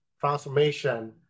transformation